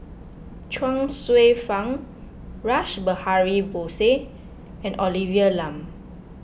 Chuang Hsueh Fang Rash Behari Bose and Olivia Lum